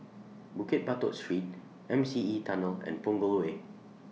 Bukit Batok Street M C E Tunnel and Punggol Way